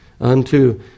unto